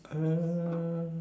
uh